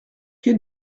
quai